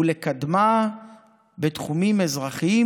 וקידומה בתחומים אזרחיים,